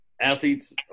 athletes